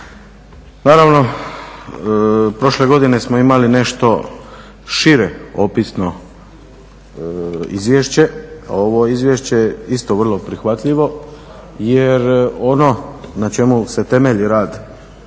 Naravno prošle godine smo imali nešto šire opisno izvješće, a ovo izvješće je isto vrlo prihvatljivo jer ono na čemu se temelji rad